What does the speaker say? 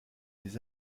des